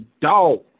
dog